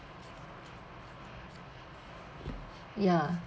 ya